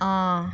অঁ